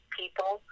people